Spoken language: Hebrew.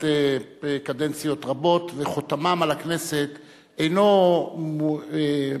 קדנציות רבות וחותמם על הכנסת אינו מורגש